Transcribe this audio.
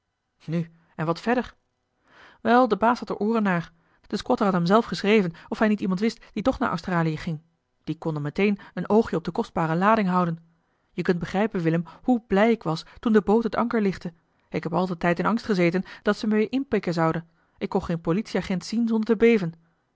nu en wat verder wel de baas had er ooren naar de squatter had hem zelf geschreven of hij niet iemand wist die toch naar australië ging die kon dan meteen een oogje op de kostbare lading houden je kunt begrijpen willem hoe blij ik was toen de boot het anker lichtte ik had al den tijd in angst gezeten dat ze me weer inpikken zouden ik kon geen politieagent zien zonder te beven